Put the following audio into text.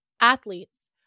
athletes